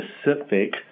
specific